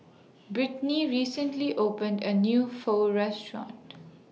Brittnie recently opened A New Pho Restaurant